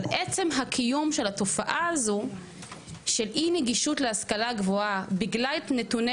אבל עצם הקיום של התופעה הזו של אי נגישות להשכלה גבוהה בגלל נתוני